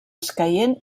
escaient